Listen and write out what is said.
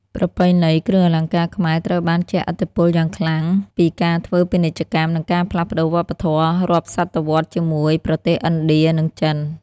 ប្រពៃណីគ្រឿងអលង្ការខ្មែរត្រូវបានជះឥទ្ធិពលយ៉ាងខ្លាំងពីការធ្វើពាណិជ្ជកម្ម និងការផ្លាស់ប្តូរវប្បធម៌រាប់សតវត្សជាមួយប្រទេសឥណ្ឌា និងចិន។